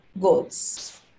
goals